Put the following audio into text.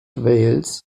wales